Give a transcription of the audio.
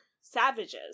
savages